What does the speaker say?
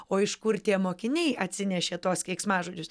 o iš kur tie mokiniai atsinešė tuos keiksmažodžius